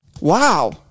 Wow